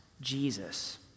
Jesus